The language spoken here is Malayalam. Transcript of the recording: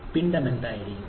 പിണ്ഡം എന്തായിരിക്കും